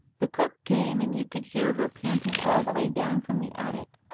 the cook came, and you could hear her panting all the way down from the attic.